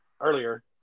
earlier